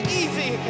easy